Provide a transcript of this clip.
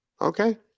okay